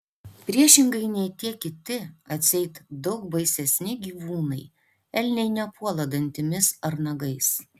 priešingai nei tie kiti atseit daug baisesni gyvūnai elniai nepuola dantimis ar nagais